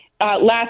Last